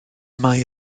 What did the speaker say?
mae